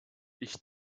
ich